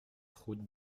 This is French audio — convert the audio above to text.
route